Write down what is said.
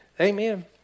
amen